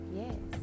yes